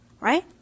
Right